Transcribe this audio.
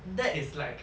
that is like